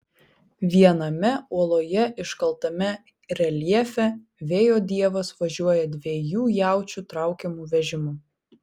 viename uoloje iškaltame reljefe vėjo dievas važiuoja dviejų jaučių traukiamu vežimu